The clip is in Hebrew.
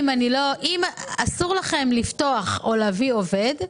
-- אסור לכם לפתוח או להביא עובד,